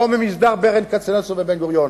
או ממסדר ברל כצנלסון בבן-גוריון.